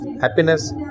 Happiness